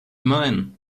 meinen